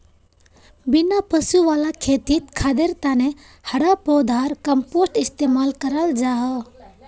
बिना पशु वाला खेतित खादर तने हरा पौधार कम्पोस्ट इस्तेमाल कराल जाहा